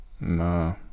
No